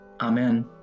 Amen